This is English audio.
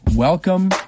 Welcome